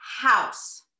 house